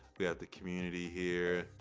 we have the community here,